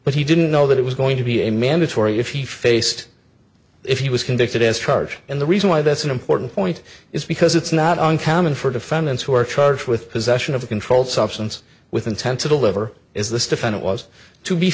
but he didn't know that it was going to be a mandatory if he faced if he was convicted as charge and the reason why that's an important point is because it's not uncommon for defendants who are charged with possession of a controlled substance with intent to the liver is this defendant was to be